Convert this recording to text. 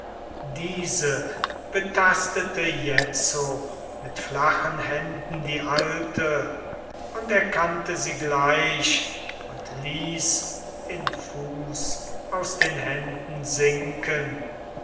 diese betastete jetzo mit flachen händen die alte und erkannte sie gleich und ließ den fuß aus den händen sinken